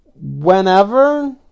whenever